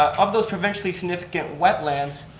of those provincially significant wetlands,